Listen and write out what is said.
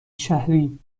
شهری